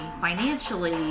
financially